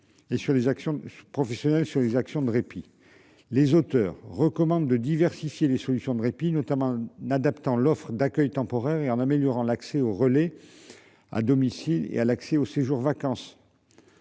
professionnels sur les actions de répit. Les auteurs recommandent de diversifier les solutions de répit notamment n'adaptant l'offre d'accueil temporaire et en améliorant l'accès au relais. À domicile et à l'accès au séjour vacances.